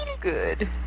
Good